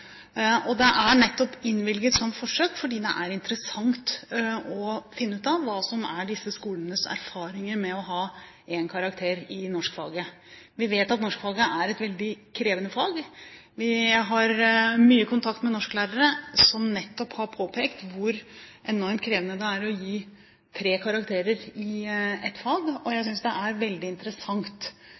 Det er nettopp innvilget som forsøk, fordi det er interessant å finne ut av hva som er disse skolenes erfaringer med å ha én karakter i norskfaget. Vi vet at norskfaget er et veldig krevende fag. Jeg har mye kontakt med norsklærere, som nettopp har påpekt hvor enormt krevende det er å gi tre karakterer i ett fag. Jeg synes det arbeidet som nå foregår i Fana og Kongsbakken, er veldig interessant.